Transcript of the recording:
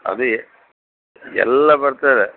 ಅದೇ ಎಲ್ಲ ಬರ್ತಾರೆ